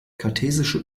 kartesische